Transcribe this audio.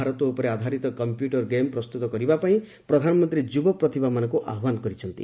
ଭାରତ ଉପରେ ଆଧାରିତ computer game ପ୍ରସ୍ତୁତ କରିବା ପାଇଁ ପ୍ରଧାନମନ୍ତ୍ରୀ ଯୁବ ପ୍ରତିଭାମାନଙ୍କୁ ଆହ୍ୱାନ କରିଛନ୍ତି